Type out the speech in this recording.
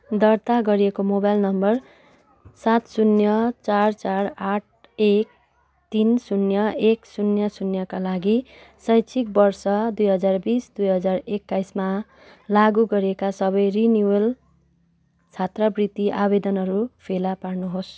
दर्ता गरिएको mobile number सात शून्य चार चार आठ एक तिन शून्य एक शून्य शून्यका लागि शैक्षिक वर्ष दुई हजार बिस दुई हजार एकाइसमा लागु गरिएका सबै रिनिवल छात्रवृत्ति आवेदनहरू फेला पार्नुहोस्